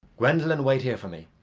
gwendolen, wait here for me.